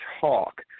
talk